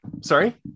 Sorry